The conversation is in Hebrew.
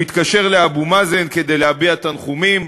הוא התקשר לאבו מאזן כדי להביע תנחומים.